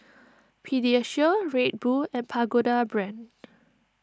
Pediasure Red Bull and Pagoda Brand